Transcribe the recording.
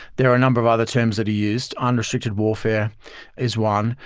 there are a number of other terms that are used, unrestricted warfare is one.